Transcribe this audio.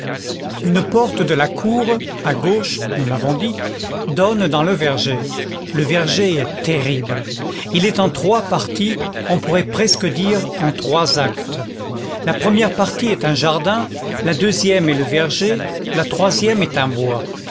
une porte de la cour à gauche nous l'avons dit donne dans le verger le verger est terrible il est en trois parties on pourrait presque dire en trois actes la première partie est un jardin la deuxième est le verger la troisième est un bois